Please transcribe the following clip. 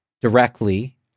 directly